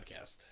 podcast